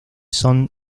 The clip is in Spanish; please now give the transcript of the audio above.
son